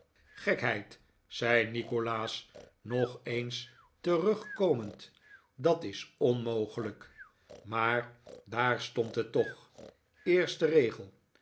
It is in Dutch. hebgekheid zei nikolaas nog eens terugkomend dat is onmogelijk maar daar stond het toch eerste regel